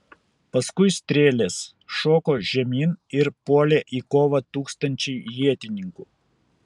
paskui strėles šoko žemyn ir puolė į kovą tūkstančiai ietininkų